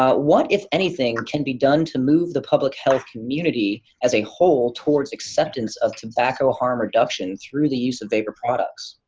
ah what, if anything, can be done to move the public health community, as a whole, towards acceptance of tobacco harm reduction through the use of vapor products?